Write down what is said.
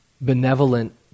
benevolent